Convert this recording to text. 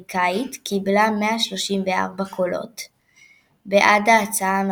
לאחר שרוסיה אירחה ב־2018 וקטר ב־2022.